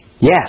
Yes